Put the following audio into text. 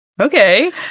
Okay